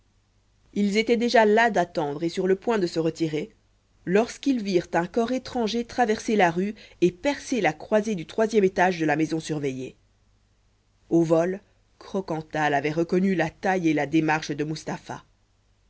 ils étaient déjà las d'attendre et sur le point de se retirer lorsqu'ils virent un corps étranger traverser la rue et percer la croisée du troisième étage de la maison surveillée au vol croquental avait reconnu la taille et la démarche de mustapha